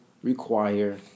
Require